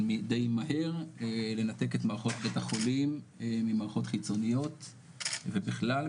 די מהיר לנתק את מערכות בית החולים ממערכות חיצוניות ובכלל,